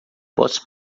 posso